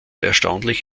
erstaunlich